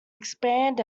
expand